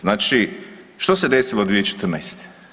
Znači, što se desilo 2014.